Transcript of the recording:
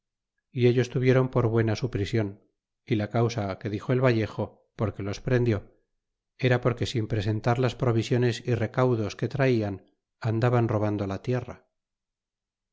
y ellos tuvieron por buena su prision y la causa que dixo el vallejo porque los prendió era porque sin presentar las provisiones y recaudos que traian andaban robando la tierra